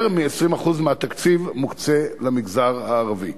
יותר מ-20% מהתקציב מוקצה למגזר הערבי.